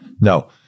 no